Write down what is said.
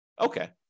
Okay